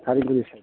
थारंगुरि सायदनि